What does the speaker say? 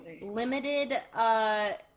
limited